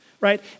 right